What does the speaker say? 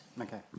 Okay